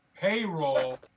payroll